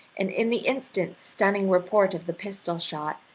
and in the instant stunning report of the pistol shot,